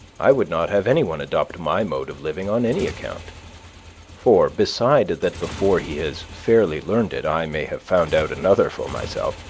i would not have any one adopt my mode of living on any account for, beside that before he has fairly learned it i may have found out another for myself,